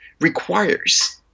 requires